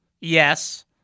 yes